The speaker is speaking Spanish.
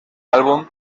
álbum